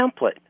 template